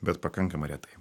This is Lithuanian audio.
bet pakankamai retai